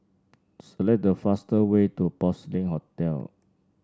select the fastest way to Porcelain Hotel